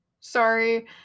sorry